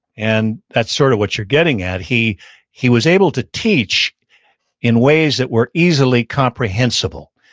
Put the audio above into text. and that's sort of what you're getting at. he he was able to teach in ways that were easily comprehensible.